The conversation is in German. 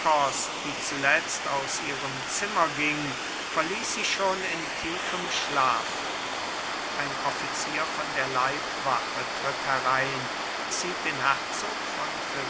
die zuletzt aus ihrem zimmer ging verließ sie schon in tiefem schlafe ein offizier von der leibwache tritt herein zieht den herzog von